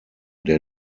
der